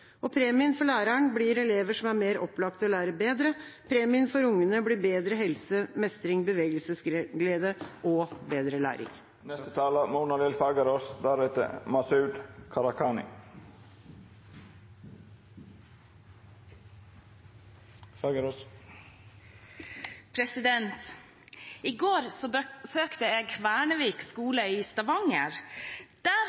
alder. Premien for lærerne blir elever som er mer opplagte og lærer bedre. Premien for ungene blir bedre helse, mestring og bevegelsesglede – og bedre læring. I går besøkte jeg Kvernevik skole i Stavanger. Der